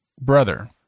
brother